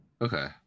Okay